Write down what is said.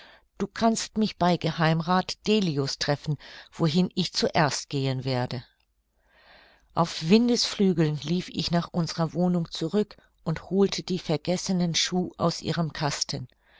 du kannst mich bei geh rath delius treffen wohin ich zuerst gehen werde auf windesflügeln lief ich nach unsrer wohnung zurück und holte die vergessenen schuh aus ihrem kasten